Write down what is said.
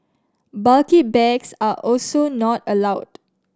bulky bags are also not allowed